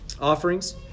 Offerings